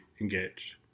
engaged